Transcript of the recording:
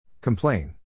Complain